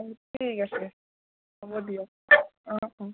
অঁ ঠিক আছে হ'ব দিয়ক অঁ অঁ